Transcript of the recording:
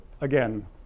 again